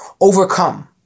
overcome